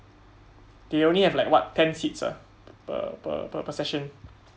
they only have like what ten seats ah per per per section